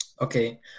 okay